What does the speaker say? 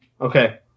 Okay